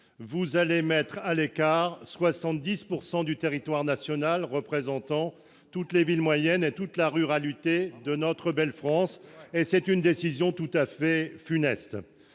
vous allez mettre à l'écart 70 % du territoire national, représentant toutes les villes moyennes et toute la ruralité de notre belle France. C'est une décision tout à fait funeste.